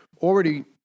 already